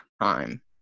time